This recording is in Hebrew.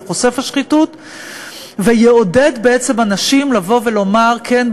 חושף השחיתות ויעודד בעצם אנשים לבוא ולומר: כן,